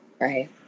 Right